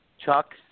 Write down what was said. Chuck